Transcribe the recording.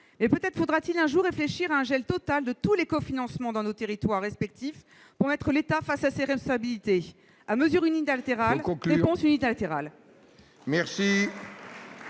lui. Peut-être faudra-t-il un jour réfléchir à un gel total de tous les cofinancements dans nos territoires respectifs, pour mettre l'État face à ses responsabilités ? À mesure unilatérale, réponse unilatérale !